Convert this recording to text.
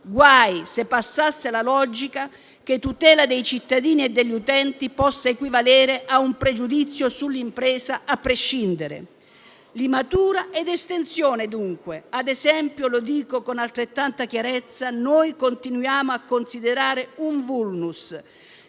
Guai se passasse la logica che tutela dei cittadini e degli utenti possa equivalere a un pregiudizio sull'impresa a prescindere. Limatura ed estensione, dunque. E dico con altrettanta chiarezza che continuiamo a considerare un *vulnus*